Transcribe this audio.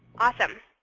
awesome.